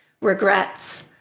regrets